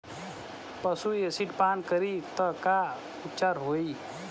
पशु एसिड पान करी त का उपचार होई?